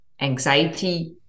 anxiety